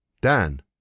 Dan